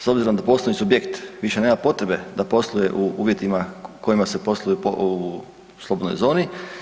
S obzirom da postoji subjekt više nema potrebe da posluje u uvjetima u kojima se posluje u poslovnoj zoni.